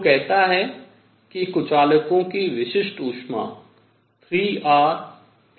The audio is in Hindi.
जो कहता है कि कुचालकों की विशिष्ट ऊष्मा 3R प्रति मोल है